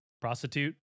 prostitute